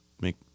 make